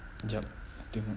jap tengok